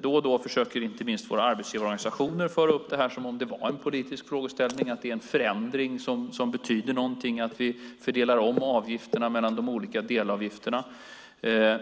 Då och då försöker inte minst våra arbetsgivarorganisationer föra upp detta som om det var en politisk frågeställning, att omfördelningen av avgifterna mellan de olika delavgifterna är en förändring som betyder något.